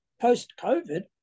post-COVID